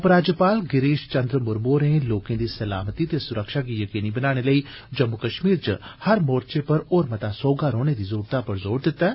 उप राज्यपाल गिरिश चन्द्र मुरमू होरें लोकें दी सलामती ते सुरक्षा गी यकीनी बनाने लेई जम्मू कश्मीर च हर मोर्चे पर होर मता सौहगा रौहने दी जरुरतै पर जोर दिता ऐ